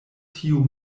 tiu